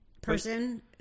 person